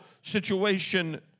situation